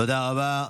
תודה רבה.